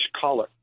color